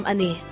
Ani